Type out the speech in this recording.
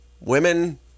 women